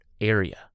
area